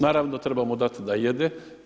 Naravno, treba mu dati da jede.